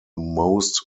most